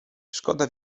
szkoda